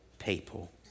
people